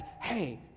Hey